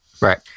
right